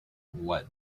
what